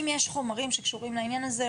אם יש חומרים שקשורים לעניין הזה,